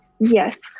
Yes